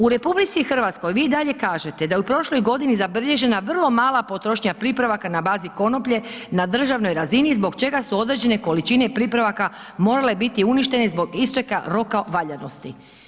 U RH vi i dalje kažete da je u prošloj godini zabilježena vrlo mala potrošnja pripravaka na bazi konoplje na državnoj razini zbog čega su određene količine pripravaka morale biti uništene zbog isteka roka valjanosti.